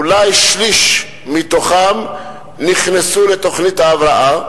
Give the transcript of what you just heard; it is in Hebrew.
אולי שליש מתוכן נכנסו לתוכנית ההבראה,